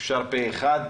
אושר פה-אחד.